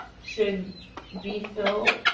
should be fill,